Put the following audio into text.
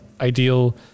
ideal